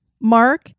Mark